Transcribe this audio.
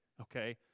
okay